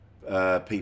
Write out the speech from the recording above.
People